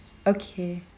okay